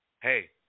hey